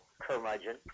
curmudgeon